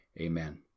amen